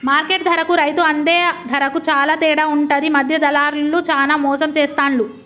market ధరకు రైతు అందే ధరకు చాల తేడా ఉంటది మధ్య దళార్లు చానా మోసం చేస్తాండ్లు